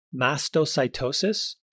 Mastocytosis